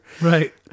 Right